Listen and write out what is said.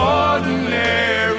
ordinary